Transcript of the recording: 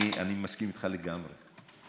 אני מסכים איתך לגמרי.